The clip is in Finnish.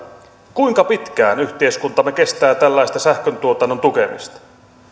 kuinka pitkään yhteiskuntamme kestää tällaista sähköntuotannon tukemista